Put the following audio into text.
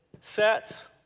sets